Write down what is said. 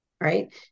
right